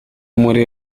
muri